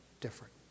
different